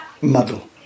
Muddle